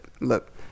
look